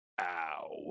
Ow